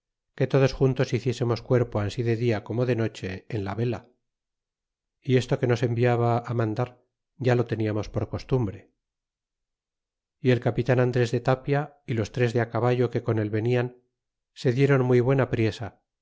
que todos juntos hiciésemos cperpo ansi de dia como de noche en la vela y esto que nos enviaba mandar ya lo teniamos por costumbre y el capitan andres de tapia y los tres de caballo que con él venian se dieron muy buena priesa